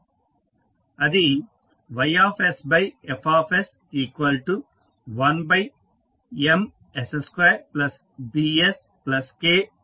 అది YF1Ms2BsK అవుతుంది